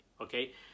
okay